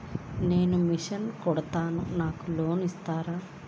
నేను మిషన్ కుడతాను నాకు లోన్ ఇస్తారా?